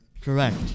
Correct